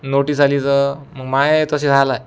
notice आली तर मग माझे तसे झालं आहे